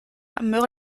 meurt